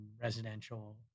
residential